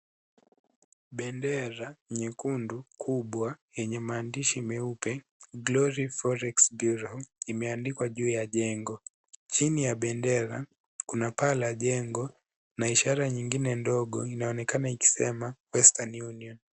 Bendera nyekundu kubwa yenye maandishi meupe glory forex bureau imeandikwa juu ya jengo. chini ya bendera kuna paa la jengo na ishara nyingine ndogo inaonekana ikisema western union ]cs].